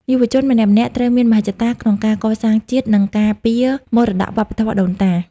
យុវជនម្នាក់ៗត្រូវមានមហិច្ឆតាក្នុងការកសាងជាតិ និងការពារមរតកវប្បធម៌ដូនតា។